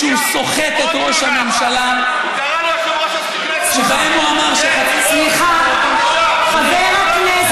אני פניתי היום ליושב-ראש הכנסת וביקשתי ממנו שיתנצל בפני ראש הממשלה על